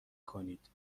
کنید